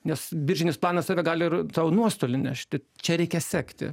nes briržinis planas yra gali ir tau nuostolį nešti čia reikia sekti